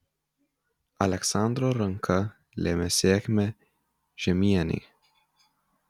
aleksandro ranka lėmė sėkmę žiemienei